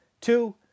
Two